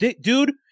dude